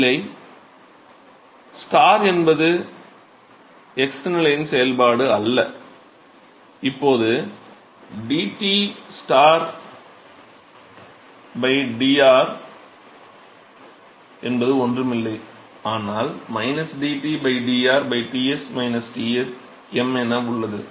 இல்லை எனப்து x நிலையின் செயல்பாடு அல்ல இப்போது dT dr என்பது ஒன்றுமில்லை ஆனால் dT dr Ts Tm என உள்ளது